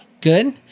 good